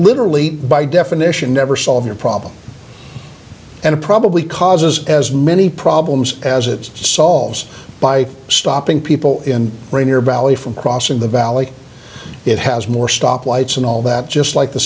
literally by definition never solve your problem and it probably causes as many problems as it solves by stopping people in rainier balli from crossing the valley it has more stop lights and all that just like the